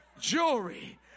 Jewelry